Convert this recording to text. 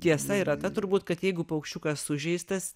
tiesa yra ta turbūt kad jeigu paukščiukas sužeistas